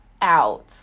out